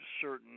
certain